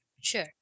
Sure